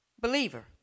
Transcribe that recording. believer